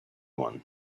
one